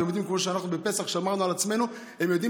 וכמו שאנחנו בפסח שמרנו על עצמנו הם יודעים